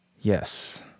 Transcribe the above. yes